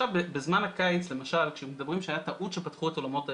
בזמן הקיץ למשל מדברים שהייתה טעות שפתחו את אולמות האירועים.